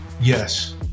Yes